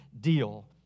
deal